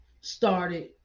started